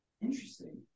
Interesting